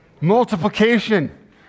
Multiplication